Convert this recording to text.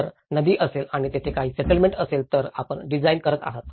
जर नदी असेल आणि तेथे काही सेटलमेंट असेल तर आपण डिझाइन करत आहात